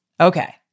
Okay